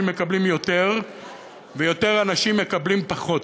מקבלים יותר ויותר אנשים מקבלים פחות,